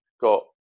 got